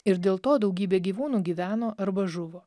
ir dėl to daugybė gyvūnų gyveno arba žuvo